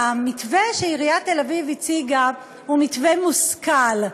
המתווה שעיריית תל-אביב הציגה הוא מתווה מושכל.